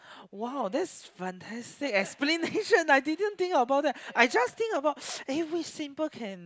!wow! that's fantastic explanation I didn't think about that I just think about eh which symbol can